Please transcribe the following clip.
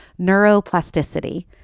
neuroplasticity